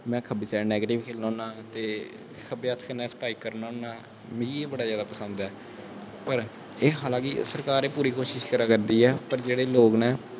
मे खब्बी side negative खेलनी होना ते खब्बे हत्थ कन्नै स्टराईक करना होना मिगी एह् बड़ा जादा पसंद ऐ पर एह् हालांकि सरकार नै पूरी कोशिश करा करदी ऐ पर जेह्ड़े लोग नै